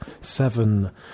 seven